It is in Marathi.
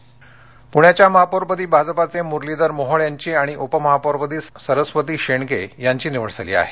महापौर निवड पुण्याच्या महापौरपदी भाजपाचे मुरलीधर मोहोळ यांची आणि उपमहापौरपदी सरस्वती शेंडगे यांची निवड झाली आहे